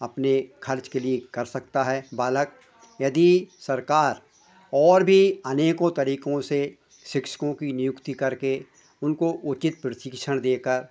अपने ख़र्च के लिए कर सकता है बालक यदि सरकार और भी अनेकों तरीक़ों से शिक्षकों की नियुक्ति करके उनको उचित प्रशिक्षण देकर